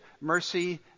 mercy